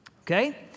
okay